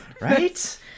Right